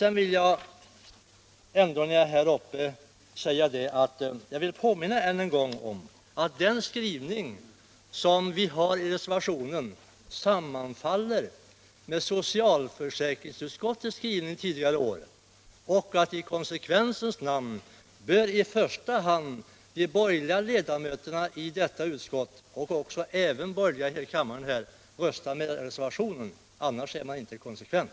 Sedan vill jag ändå, när jag är uppe i talarstolen, påminna än en gång om att den skrivning vi har i reservationen sammanfaller med socialförsäkringsutskottets skrivning tidigare år och att i konsekvensens namn i första hand de borgerliga ledamöterna i utskottet och kammaren bör rösta med reservationen — annars är man inte konsekvent.